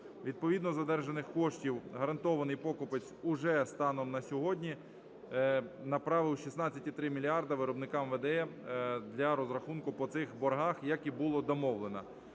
Відповідно з одержаних коштів "Гарантований покупець" уже станом на сьогодні направив 16,3 мільярда виробникам ВДЕ для розрахунку по цих боргах, як і було домовлено.